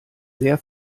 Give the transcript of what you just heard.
sehr